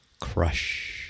Crush